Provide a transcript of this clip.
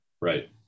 Right